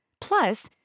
Plus